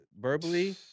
verbally